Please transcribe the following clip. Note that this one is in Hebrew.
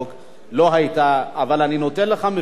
אבל אני נותן לך לפנים משורת הדין להציג.